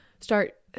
start